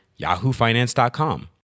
yahoofinance.com